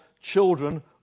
children